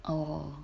oh